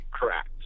Correct